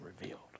revealed